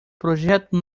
projeto